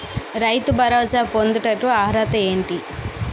రైతు భరోసా పొందుటకు అర్హత ఏంటి?